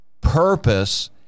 purpose